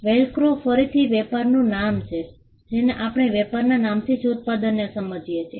Velcro ફરીથી વેપારનું નામ છે જેને આપણે વેપારના નામથી જ ઉત્પાદનને સમજીએ છીએ